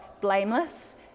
blameless